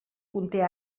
conté